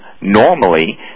normally